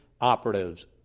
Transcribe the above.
operatives